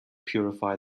purify